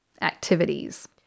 activities